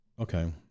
Okay